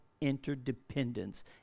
interdependence